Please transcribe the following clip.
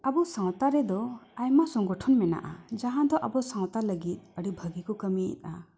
ᱟᱵᱚ ᱥᱟᱶᱛᱟ ᱨᱮᱫᱚ ᱟᱭᱢᱟ ᱥᱚᱝᱜᱚᱴᱷᱚᱱ ᱢᱮᱱᱟᱜᱼᱟ ᱡᱟᱦᱟᱸ ᱫᱚ ᱟᱵᱚ ᱥᱟᱶᱛᱟ ᱞᱟᱹᱜᱤᱫ ᱟᱹᱰᱤ ᱵᱷᱟᱹᱜᱤ ᱠᱚ ᱠᱟᱹᱢᱤᱭᱮᱫᱟ